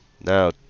now